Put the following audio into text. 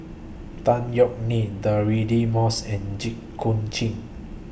Tan Yeok Nee Deirdre Moss and Jit Koon Ch'ng